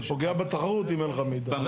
זה פוגע בתחרות אם אין לך מידע.